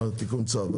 תיקון צו.